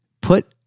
put